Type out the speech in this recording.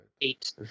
Eight